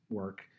work